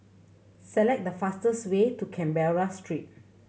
select the fastest way to Canberra Street